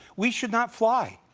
we should not fly.